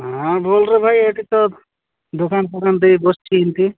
ହଁ ଭୁଲ୍ରେ ଭାଇ ଏଇଠି ତ ଦୋକାନ ଫୋକନ ଦେଇ ବସିଛି ଏମିତି